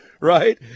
right